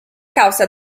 causa